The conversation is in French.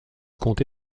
comté